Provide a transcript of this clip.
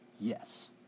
Yes